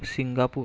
Singapore